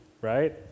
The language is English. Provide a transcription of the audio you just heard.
right